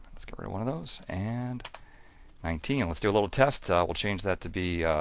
let's get rid of one of those, and nineteen! let's do a little test, we'll change that to be